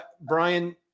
Brian